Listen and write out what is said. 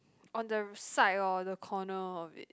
on the side or the corner of it